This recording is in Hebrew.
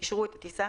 אישרו את הטיסה